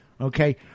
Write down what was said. Okay